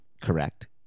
Correct